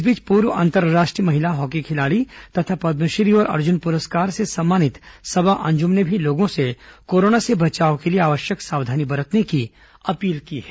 इस बीच पूर्व अंतर्राष्ट्रीय महिला हॉकी खिलाड़ी तथा पद्मश्री और अर्जुन पुरस्कार से सम्मानित सबा अंजुम ने भी लोगों से कोरोना से बचाव के लिए आवश्यक सावधानी बरतने की अपील की है